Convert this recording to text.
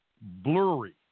blurry